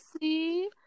see